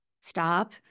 stop